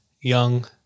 young